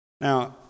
Now